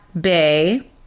bay